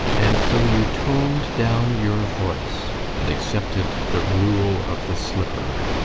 and so you toned down your voice and accepted the rule of the slipper?